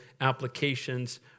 applications